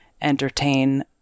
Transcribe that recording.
entertain